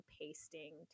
pasting